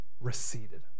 receded